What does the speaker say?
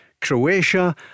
Croatia